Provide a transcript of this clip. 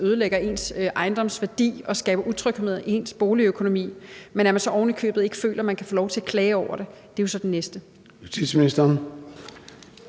ødelægger ens ejendoms værdi og skaber utryghed i ens boligøkonomi. Men at man så ovenikøbet ikke føler, at man kan få lov til at klage over det, er jo så den næste.